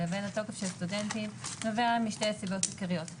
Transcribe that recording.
לבין התוקף של הסטודנטים נובע משתי סיבות עיקריות.